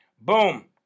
Boom